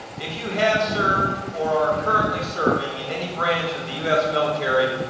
if you have served or are currently serving in any branch of the us military,